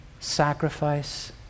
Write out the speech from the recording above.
Sacrifice